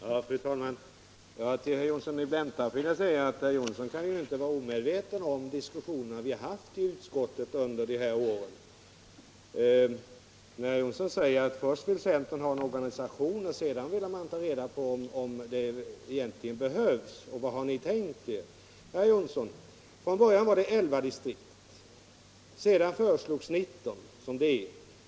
Fru talman! Till herr Johnsson i Blentarp vill jag säga att herr Johnsson ju inte kan vara omedveten om de diskussioner vi har haft i utskottet under de här åren. Herr Johnsson säger att först vill centern ha en or ganisation, och sedan vill man ta reda på om den egentligen behövs, och han frågar: ”Vad har ni tänkt er?” Herr Johnsson! Från början var det 11 yrkesinspektionsdistrikt. Sedan föreslogs 19, som det nu är.